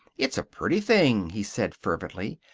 it's a pretty thing, he said fervently.